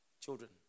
children